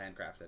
handcrafted